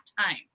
time